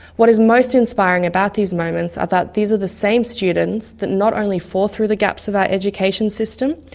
what is most inspiring about these moments are that these are the same students that not only fall through the gaps of our education system,